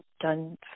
done